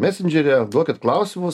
mesendžeryje duokit klausimus